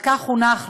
כיום,